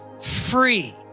free